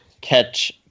Catch